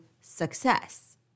success